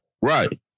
Right